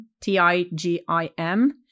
T-I-G-I-M